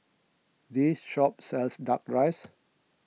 this shop sells Duck Rice